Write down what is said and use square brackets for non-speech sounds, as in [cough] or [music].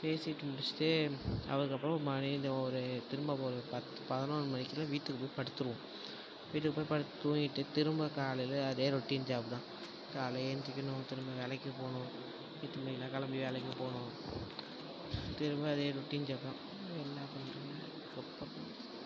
பேசி முடிச்சிவிட்டு அதற்கப்பறோம் மணி இந்த ஒரு திரும்ப ஒரு பத் பதினோரு மணிக்குலாம் வீட்டுக்கு போய் படுத்துருவோம் வீட்டுக்கு போய் படுத்து தூங்கிவிட்டு திரும்ப காலையில் அதே ரொட்டின் ஜாப் தான் காலையில எந்திருக்கணும் திரும்ப வேலைக்கு போகணும் எட்டு மணிக்கெல்லாம் கிளம்பி வேலைக்கு போகணும் திரும்ப அதே ரொட்டின் ஜாப் தான் என்ன [unintelligible]